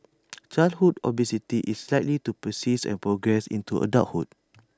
childhood obesity is likely to persist and progress into adulthood